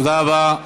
תודה רבה.